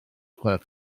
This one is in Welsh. gwelwch